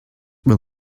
will